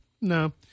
No